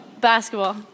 Basketball